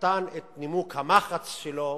נתן את נימוק המחץ שלו